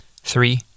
Three